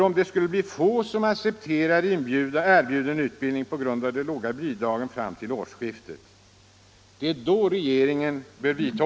Om det skulle bli få som accepterar erbjuden utbildning på för en bidragsjustering uppåt.